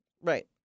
Right